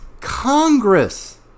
Congress